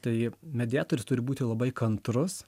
tai mediatorius turi būti labai kantrus